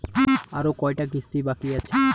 আরো কয়টা কিস্তি বাকি আছে?